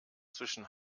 zwischen